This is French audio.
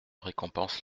récompense